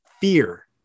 fear